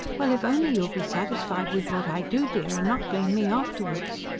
well, if only you'll be satisfied with what i do, dear, and not blame me afterwards.